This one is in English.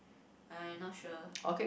I not sure